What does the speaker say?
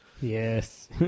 Yes